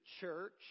church